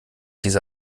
diese